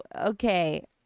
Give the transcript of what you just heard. okay